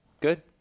Good